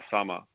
summer